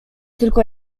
tylko